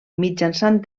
mitjançant